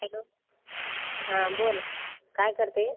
hello हां बोल काय करते